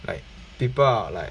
like people are like